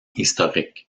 historiques